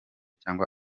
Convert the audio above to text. cyangwa